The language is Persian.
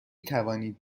توانید